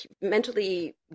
mentally